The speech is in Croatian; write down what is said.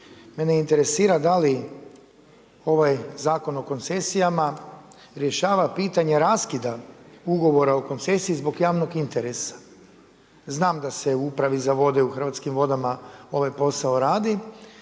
Mene interesira da li ovaj Zakon o koncesijama rješava pitanje raskida ugovora o koncesiji zbog javnog interesa? Znam da se u Upravi za vode u Hrvatskim vodama ovaj posao radi,